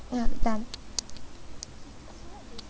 ya done